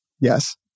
Yes